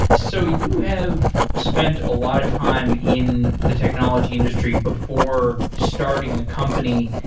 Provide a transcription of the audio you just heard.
so you have spent a lot of time in the technology industry before starting a company,